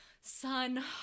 son